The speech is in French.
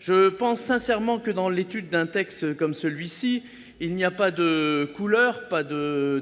Je crois sincèrement que, dans l'étude d'un texte comme celui-ci, il n'y a pas de couleurs,